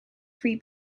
three